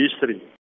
history